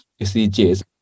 SDGs